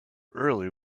early